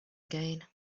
again